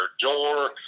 door